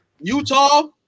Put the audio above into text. Utah